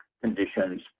conditions